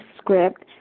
script